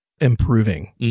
improving